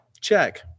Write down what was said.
Check